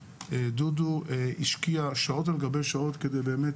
דודו השקיע שעות על גבי שעות כדי באמת